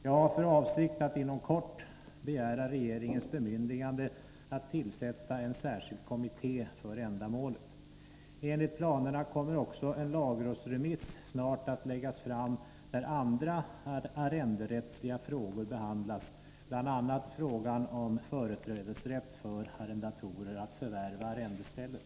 Jag har för avsikt att inom kort begära regeringens bemyndigande att tillsätta en särskild kommitté för ändamålet. Enligt planerna kommer också en lagrådsremiss snart att läggas fram där andra arrenderättsliga frågor behandlas, bl.a. frågan om företrädesrätt för arrendatorer att förvärva arrendestället.